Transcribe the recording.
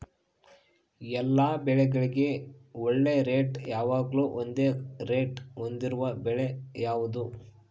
ಎಲ್ಲ ಬೆಳೆಗಳಿಗೆ ಒಳ್ಳೆ ರೇಟ್ ಯಾವಾಗ್ಲೂ ಒಂದೇ ರೇಟ್ ಹೊಂದಿರುವ ಬೆಳೆ ಯಾವುದು?